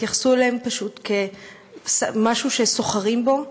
והתייחסו אליהם פשוט כאל משהו שסוחרים בו,